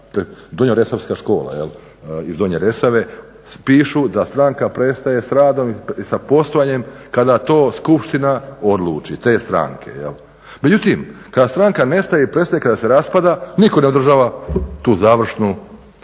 Donja resavska škola, jel, iz Donje Resave, pišu da stranka prestaje s radom i sa postojanjem kada to skupština odluči, te stranke, jel. Međutim, kad stranka nestaje i prestaje, kad se raspada, nitko ne održava tu završnu,